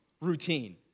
routine